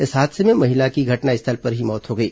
इस हादसे में महिला की घटनास्थल पर ही मौत हो गई